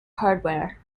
hardware